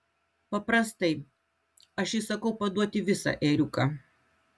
paprastai aš įsakau paduoti visą ėriuką